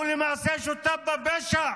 הוא למעשה שותף לפשע.